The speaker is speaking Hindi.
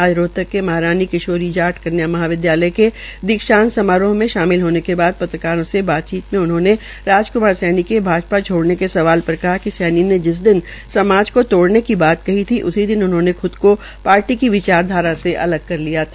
आज रोहतक में महारानी किशोरी जाट कन्या महाविद्यालय के दीक्षांत समारोह में शमिल होने के बाद पत्रकारों से बातचीत में उन्होंने राजक्मार सैनी के भाजपा छोड़ने के सवाल पर कहा कि सैनी ने जिन दिन समाज को तोड़ने की बात कही थी उसी दिन उन्होंने ख्द पार्टी की विचारधारा से अलग कर लिया था